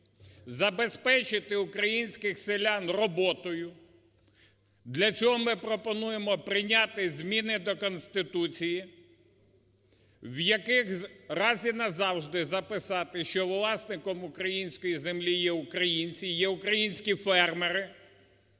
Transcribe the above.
забезпечити українських селян роботою. Для цього ми пропонуємо прийняти зміни до Конституції, в яких раз і назавжди записати, що власником української землі є українці, є українські фермери,